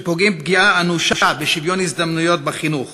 שפוגעים פגיעה אנושה בשוויון ההזדמנויות בחינוך.